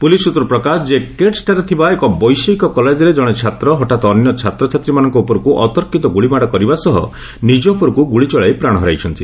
police ସୂତ୍ରରୁ ପ୍ରକାଶ ଯେ କେଟ୍ସଠାରେ ଥିବା ଏକ ବୈଷୟିକ କଲେଜରେ ଜଣେ ଛାତ୍ର ହଠାତ୍ ଅନ୍ୟ ଛାତ୍ରଛାତ୍ରୀମାନଙ୍କ ଉପରକୁ ଅତର୍କିତ ଗୁଳିମାଡ଼ କରିବା ସହ ନିଜ ଉପରକୁ ଗୁଳି ଚଳାଇ ପ୍ରାଣ ହରାଇଛି